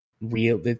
real